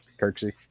Kirksey